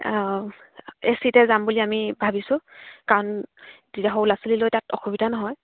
অঁ এ চিতে যাম বুলি আমি ভাবিছোঁ কাৰণ তেতিয়া সৰু ল'ৰা ছোৱালী লৈ তাত অসুবিধা নহয়